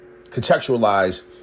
contextualize